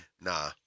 nah